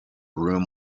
room